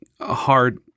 hard